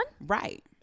Right